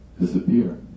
disappear